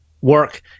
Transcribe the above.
work